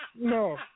No